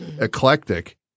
eclectic